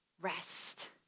Rest